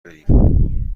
بریم